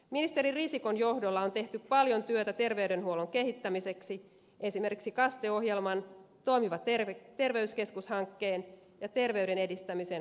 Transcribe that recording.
ministeri risikon johdolla on tehty paljon työtä terveydenhuollon kehittämiseksi esimerkiksi kaste ohjelman toimiva terveyskeskus hankkeen ja terveyden edistämisen politiikkaohjelman myötä